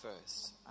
first